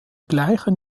gleichen